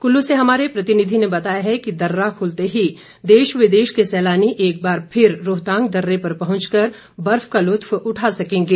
कुल्लू से हमारे प्रतिनिधि ने बताया है कि दर्रा खुलते ही देश विदेश के सैलानी एक बार फिर रोहतांग दर्रे पर पहुंचकर बर्फ का लुत्फ उठा सकेंगे